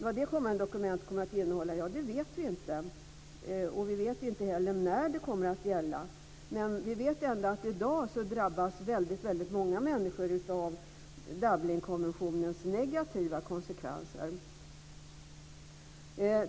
Vad det dokumentet kommer att innehålla vet vi inte, och vi vet inte heller när det kommer att gälla. Men vi vet ändå att i dag drabbas väldigt många människor av Dublinkonventionens negativa konsekvenser.